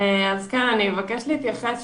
אני אבקש להתייחס